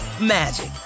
magic